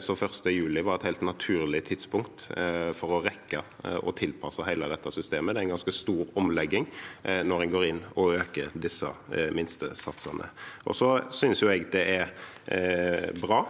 Så 1. juli var et helt naturlig tidspunkt for å rekke å tilpasse hele dette systemet. Det er en ganske stor omlegging å øke disse minstesatsene. Jeg synes det er bra